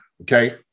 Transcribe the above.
Okay